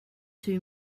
too